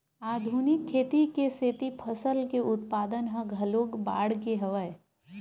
आधुनिक खेती के सेती फसल के उत्पादन ह घलोक बाड़गे हवय